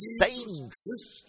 saints